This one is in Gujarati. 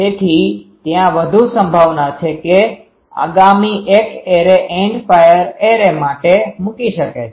તેથી ત્યાં વધુ સંભાવના છે કે આગામી એક એરે એન્ડ ફાયર એરે માટે મૂકી શકે છે